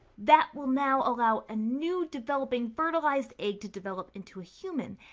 that will now allow a new developing fertilized egg to develop into a human.